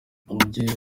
ujye